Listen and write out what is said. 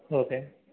okay